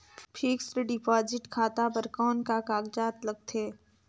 Fixed deposit खाता बर कौन का कागजात लगथे?